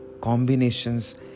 combinations